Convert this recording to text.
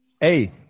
Hey